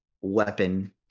weapon